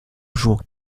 jouant